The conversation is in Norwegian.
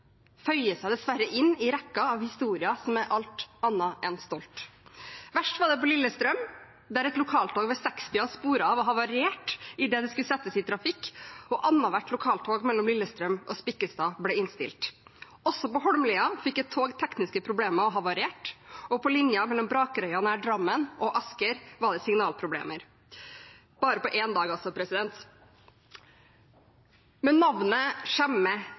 seg dessverre inn i rekken av historier som er alt annet enn stolte. Verst var det i Lillestrøm, der et lokaltog ved 06-tiden sporet av og havarerte idet det skulle settes i trafikk, og annethvert lokaltog mellom Lillestrøm og Spikkestad ble innstilt. Også på Holmlia fikk et tog tekniske problemer og havarerte, og på linjen mellom Brakerøya i Drammen og Asker var det signalproblemer. Dette skjedde på bare én dag. Men navnet